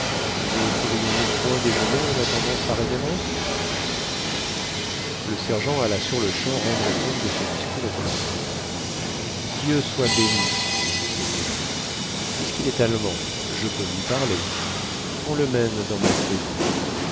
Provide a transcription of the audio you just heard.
ne pourrions-nous point déjeuner en attendant sa révérence le sergent alla sur-le-champ rendre compte de ce discours au commandant dieu soit béni dit ce seigneur puisqu'il est allemand je peux lui parler qu'on le mène dans ma feuillée